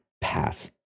pass